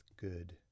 good